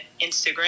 Instagram